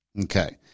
Okay